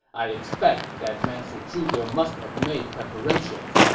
i expect that master zhuge must have made preparations.